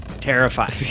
terrified